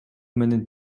менин